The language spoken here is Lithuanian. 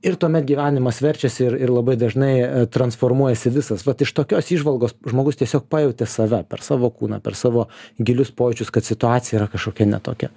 ir tuomet gyvenimas verčiasi ir ir labai dažnai transformuojasi visas vat iš tokios įžvalgos žmogus tiesiog pajauti save per savo kūną per savo gilius pojūčius kad situacija yra kažkokia ne tokia